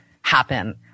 happen